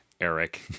Eric